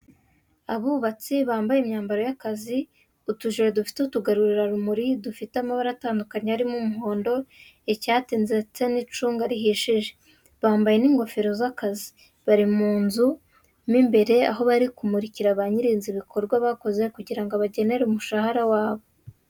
Abubatsi bambaye imyambaro y'akazi, utujire dufite utugarurarumuri dufite amabara atandukanye harimo umuhondo, icyatsi, ndetse n'icunga rihishije, bambaye n'ingofero z'akazi. Bari mu nzu mo imbere aho bari kumurikira ba nyir'inzu ibikorwa bakoze kugira ngo abagenere umushahara wabo.